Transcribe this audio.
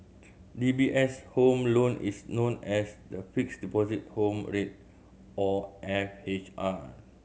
D B S' Home Loan is known as the Fixed Deposit Home Rate or F H R